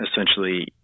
essentially